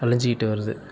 அழிஞ்சுக்கிட்டு வருது